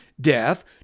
death